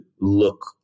look